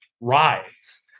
rides